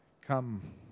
come